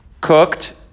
cooked